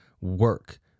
work